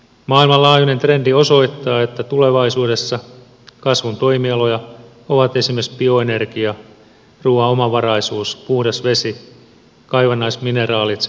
maailmanlaajuinen trendi osoittaa että tulevaisuudessa kasvun toimialoja ovat esimerkiksi bioenergia ruuan omavaraisuus puhdas vesi kaivannaismineraalit sekä matkailu